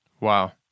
Wow